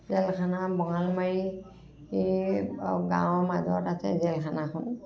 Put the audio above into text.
জেলখানা বঙালমাৰী গাঁৱৰ আৰু মাজত আছে জেলখানাখন